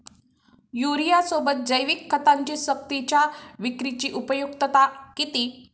युरियासोबत जैविक खतांची सक्तीच्या विक्रीची उपयुक्तता किती?